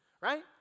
right